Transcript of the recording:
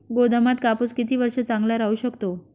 गोदामात कापूस किती वर्ष चांगला राहू शकतो?